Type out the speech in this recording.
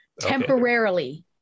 temporarily